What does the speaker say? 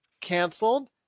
canceled